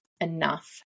enough